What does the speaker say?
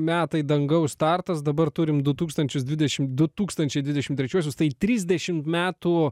metai dangaus startas dabar turim du tūkstančius dvidešimt du tūkstančiai dvidešimt trečiuosius tai trisdešimt metų